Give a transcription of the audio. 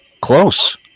Close